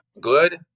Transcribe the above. good